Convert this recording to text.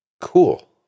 Cool